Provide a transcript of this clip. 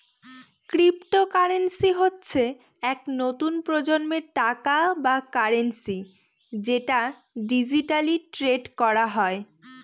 cryptocurrency হচ্ছে এক নতুন প্রজন্মের টাকা বা কারেন্সি যেটা ডিজিটালি ট্রেড করা হয়